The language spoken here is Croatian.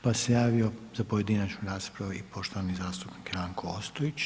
Pa se javio za pojedinačnu raspravu i poštovani zastupnik Ranko Ostojić.